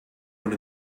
one